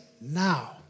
now